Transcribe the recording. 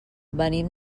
venim